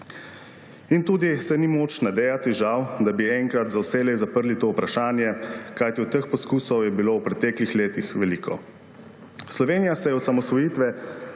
In tudi se ni moč nadejati, žal, da bi enkrat za vselej zaprli to vprašanje, kajti teh poskusov je bilo v preteklih letih veliko. Slovenija se je od osamosvojitve